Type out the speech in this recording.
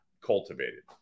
cultivated